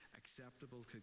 acceptable